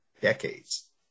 decades